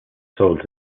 sold